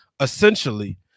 essentially